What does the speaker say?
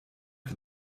for